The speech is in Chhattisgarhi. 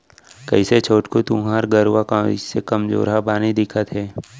कइसे छोटकू तुँहर गरूवा कइसे कमजोरहा बानी दिखत हे